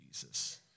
Jesus